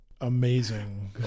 Amazing